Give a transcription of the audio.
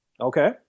Okay